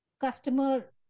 customer